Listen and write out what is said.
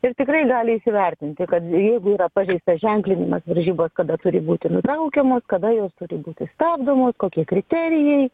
ir tikrai gali įsivertinti kad jeigu yra pažeistas ženklinimas varžybos kada turi būti nutraukiamos kada jos turi būti stabdomos kokie kriterijai